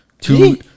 two